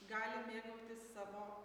gali mėgautis savo